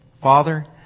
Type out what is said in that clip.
father